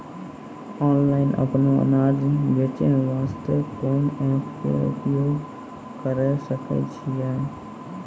Online अपनो अनाज बेचे वास्ते कोंन एप्प के उपयोग करें सकय छियै?